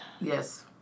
Yes